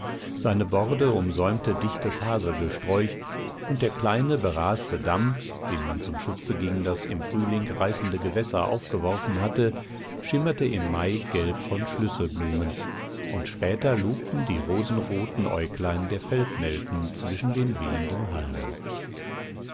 seine borde umsäumte dichtes haselgesträuch und der kleine beraste damm den man zum schutze gegen das im frühling reißende gewässer aufgeworfen hatte schimmerte im mai gelb von schlüsselblumen und später lugten die rosenroten aeuglein der feldnelken zwischen den wehenden halmen